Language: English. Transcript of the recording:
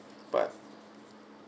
but